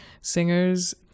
singers